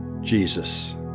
Jesus